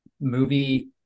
movie